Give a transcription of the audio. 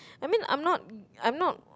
I'm mean I'm not I'm not